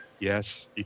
Yes